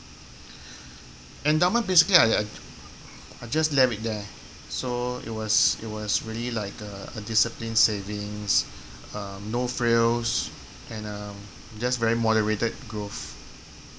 endowment basically I I I just left it there so it was it was really like uh a disciplined savings uh no frills and uh just very moderated growth